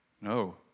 No